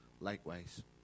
likewise